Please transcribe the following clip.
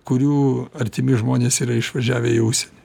kurių artimi žmonės yra išvažiavę į užsienį